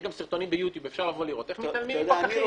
אפשר לראות סרטונים ביוטיוב ולראות איך מתעלמים מפקחים.